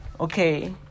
Okay